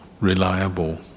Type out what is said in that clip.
reliable